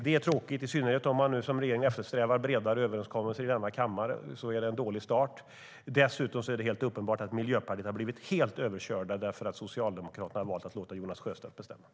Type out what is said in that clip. Det är tråkigt, i synnerhet om man som regeringen eftersträvar bredare överenskommelser i denna kammare. Då är det en dålig start. Dessutom är det helt uppenbart att Miljöpartiet har blivit helt överkört eftersom Socialdemokraterna har valt att låta Jonas Sjöstedt bestämma.